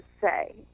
say